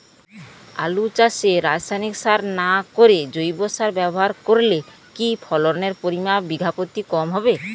আলু চাষে রাসায়নিক সার না করে জৈব সার ব্যবহার করলে কি ফলনের পরিমান বিঘা প্রতি কম হবে?